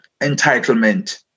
entitlement